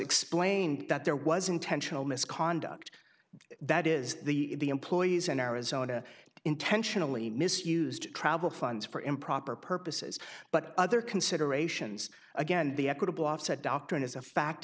explained that there was intentional misconduct that is the employees in arizona intentionally misused travel funds for improper purposes but other considerations again the equitable offset doctrine is a fact